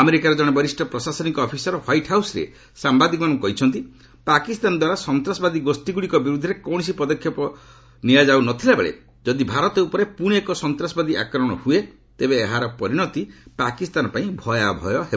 ଆମେରିକାର କଣେ ବରିଷ୍ଣ ପ୍ରଶାସନିକ ଅଫିସର ହ୍ୱାଇଟ୍ ହାଉସ୍ଠାରେ ସାମ୍ବାଦିକମାନଙ୍କୁ କହିଛନ୍ତି ପାକିସ୍ତାନଦ୍ୱାରା ସନ୍ତାସବାଦୀ ଗୋଷ୍ଠୀଗ୍ରଡ଼ିକ ବିରୁଦ୍ଧରେ କୌଣସି ପଦକ୍ଷେପ ନିଆଯାଉ ନ ଥିବାବେଳେ ଯଦି ଭାରତ ଉପରେ ପୁଶି ଏକ ସନ୍ତାସବାଦୀ ଆକ୍ରମଣ ହୁଏ ତେବେ ଏହାର ପରିଣତି ପାକିସ୍ତାନପାଇଁ ଭୟାବହ ହେବ